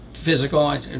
physical